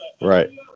Right